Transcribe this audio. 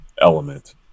element